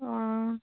অঁ